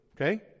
Okay